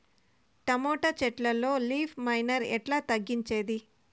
Tomato చెట్లల్లో leaf miner ఎట్లా తగ్గించేది?